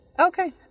Okay